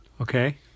Okay